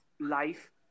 life